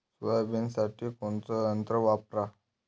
सोयाबीनसाठी कोनचं यंत्र वापरा?